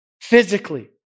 Physically